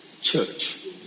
church